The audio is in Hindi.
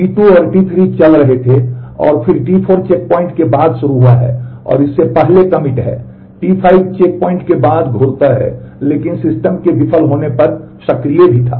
T2 और T3 चल रहे थे और फिर T4 चेकपॉइंट के बाद शुरू हुआ है और इससे पहले कमिट है T5 चेकपॉइंट के बाद घूरता है लेकिन सिस्टम के विफल होने पर सक्रिय भी था